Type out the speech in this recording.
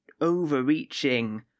overreaching